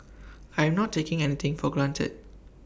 I am not taking anything for granted